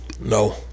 No